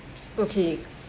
okay